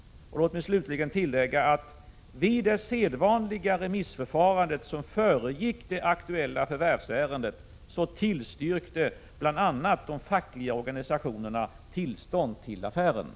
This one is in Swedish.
Låt mig slutligen tillägga att bl.a. de fackliga organisationerna tillstyrkte tillstånd till affären vid det sedvanliga remissförfarande som föregick det aktuella förvärvsärendet.